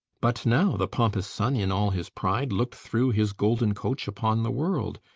but now the pompous sun, in all his pride, looked through his golden coach upon the world,